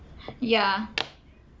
ya